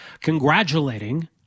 congratulating